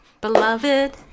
beloved